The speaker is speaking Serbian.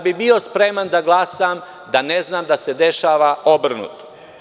Bio bih spreman da glasam, da ne znam da se dešava obrnuto.